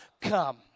Come